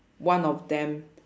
one of them